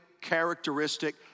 characteristic